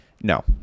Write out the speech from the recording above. No